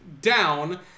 down